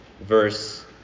verse